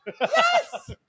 Yes